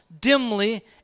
dimly